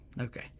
Okay